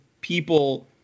people